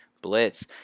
blitz